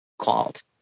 called